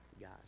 Guys